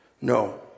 No